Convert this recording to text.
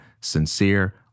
sincere